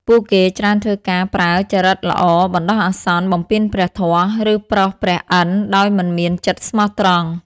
ពួកគេច្រើនធ្វើការប្រើចរិតល្អបណ្ដោះអាសន្ន បំពានព្រះធម៌ ឬប្រោសព្រះឥន្ទន៍ដោយមិនមានចិត្តស្មោះត្រង់។